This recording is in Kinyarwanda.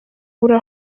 ubura